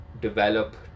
develop